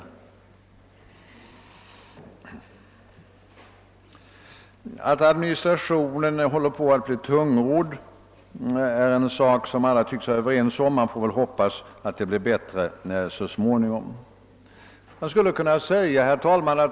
Ingen torde veta detta bättre än f. d. statistikdocenten Moberg. Att sedan administrationen håller på att bli tungrodd är en sak som alla tycks vara ense om. Man kan där bara hoppas att det blir bättre så småningom.